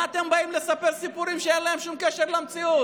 מה אתם באים לספר סיפורים שאין להם שום קשר למציאות?